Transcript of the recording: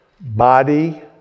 body